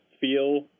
feel